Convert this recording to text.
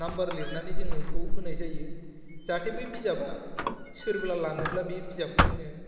number लिरनानै जोङो बेखौ होनाय जायो जाहाथे बै बिजाबा सोरबा लाङोब्ला बे बिजाबखौ जोङो